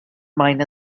mine